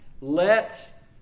let